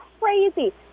crazy